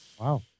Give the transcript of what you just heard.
Wow